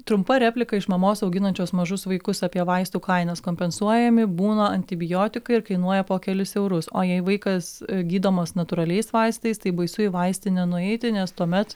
trumpa replika iš mamos auginančios mažus vaikus apie vaistų kainas kompensuojami būna antibiotikai ir kainuoja po kelis eurus o jei vaikas gydomas natūraliais vaistais tai baisu į vaistinę nueiti nes tuomet